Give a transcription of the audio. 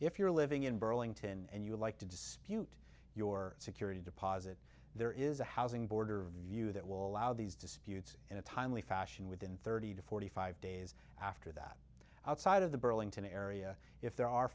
if you're living in burlington and you like to dispute your security deposit there is a housing boarder view that will allow these disputes in a timely fashion within thirty to forty five days after that outside of the burlington area if there are